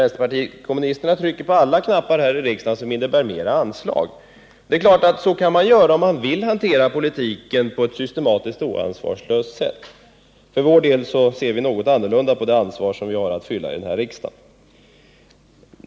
Vänsterpartiet kommunisterna trycker på alla knappar här i riksdagen som innebär bifall till mera anslag. Det är klart att så kan man göra, om man vill hantera politiken på ett systematiskt ansvarslöst sätt. För vår del ser vi något annorlunda på det ansvar vi har att ta i den här riksdagen.